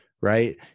right